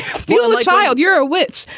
steal the child. you're a witch.